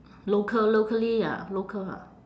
local locally ah local ah